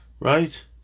Right